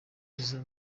iza